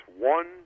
one